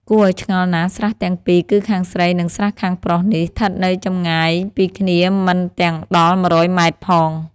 គួរឲ្យឆ្ងល់ណាស់ ស្រះទាំងពីរគឺខាងស្រី និង ស្រះខាងប្រុសនេះ ឋិតនៅចម្ងាយពីគ្នាមិនទាំងដល់ ១០០ ម. ផង